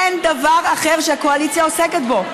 אין דבר אחר שהקואליציה עוסקת בו,